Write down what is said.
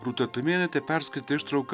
rūta tumėnaitė perskaitė ištrauką